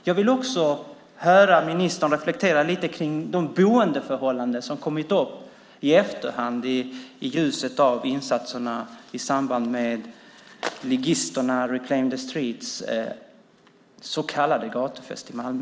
Jag vill också höra ministern reflektera lite kring de boendeförhållanden som kommit till vår kännedom i efterhand i ljuset av insatserna i samband med ligisternas i Reclaim the Streets så kallade gatufest i Malmö.